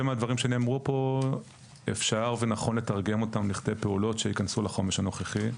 מהדברים שנאמרו פה אפשר ונכון לתרגם אותם לכדי פעולות שיכנסו לחומש הנוכחי,